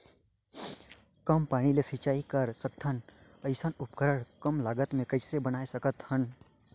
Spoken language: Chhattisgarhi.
कम पानी ले सिंचाई कर सकथन अइसने उपकरण कम लागत मे कइसे बनाय सकत हन?